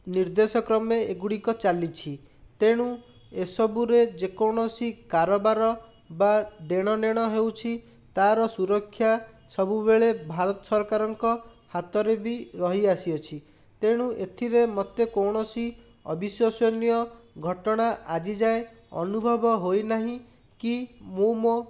ନିର୍ଦ୍ଦେଶକ୍ରମେ ଏଗୁଡ଼ିକ ଚାଲିଛି ତେଣୁ ଏସବୁରେ ଯେକୌଣସି କାରବାର ବା ଦେଣନେଣ ହେଉଛି ତା'ର ସୁରକ୍ଷା ସବୁବେଳେ ଭାରତ ସରକାରଙ୍କ ହାତରେ ବି ରହିଆସିଅଛି ତେଣୁ ଏଥିରେ ମୋତେ କୌଣସି ଅବିଶ୍ଵସନୀୟ ଘଟଣା ଆଜିଯାଏ ଅନୁଭବ ହୋଇନାହିଁ କି ମୁଁ ମୋ